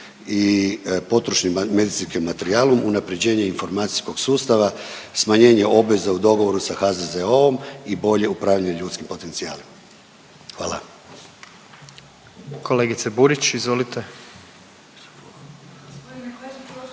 i potrošni medicinskim materijalom, unaprjeđenje informacijskog sustava, smanjenje obveza u dogovoru sa HZZO-om i bolje upravljanje ljudskim potencijalima. Hvala.